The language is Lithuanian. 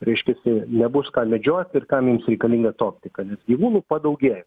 reiškiasi nebus ką medžioti ir kam jums reikalinga ta optika nes gyvūnų padaugėjo